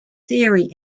theory